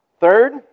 Third